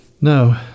No